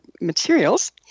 materials